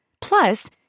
Plus